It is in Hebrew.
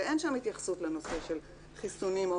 ואין שם התייחסות לנושא של חיסונים או